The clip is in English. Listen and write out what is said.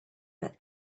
that